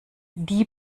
die